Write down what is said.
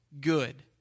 good